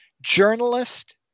journalist